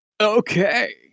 Okay